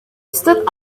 stood